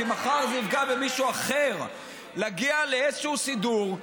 כי מחר זה יפגע במישהו אחר נגיע לאיזה סידור,